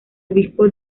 obispo